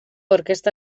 orkestra